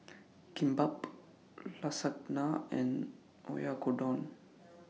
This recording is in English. Kimbap Lasagna and Oyakodon